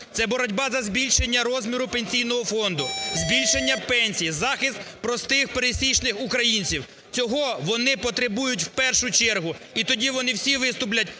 це боротьба за збільшення розміру Пенсійного фонду, збільшення пенсій, захист простих, пересічних українців. Цього вони потребують в першу чергу. І тоді вони всі виступлять